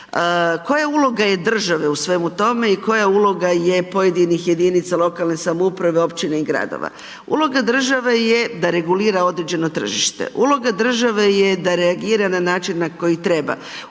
Koja uloga je države u svemu tome? I koja uloga je pojedinih jedinice lokalne samouprave, općine i gradova? Uloga države je da regulira određeno tržište, uloga države je da reagira na način koji treba.